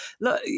look